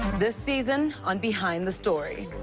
this season on behind the story.